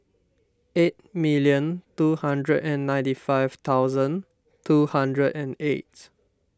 eight million two hundred and ninety five thousand two hundred and eight